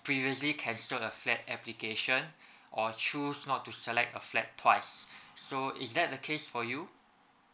previously cancel the application or choose not to select a flat twice so is that the case for you